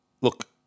look